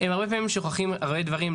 הם הרבה פעמים שוכחים הרבה דברים,